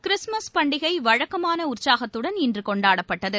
Christmas பண்டிகை வழக்கமான உற்சாகத்துடன் இன்று கொண்டாடப்பட்டது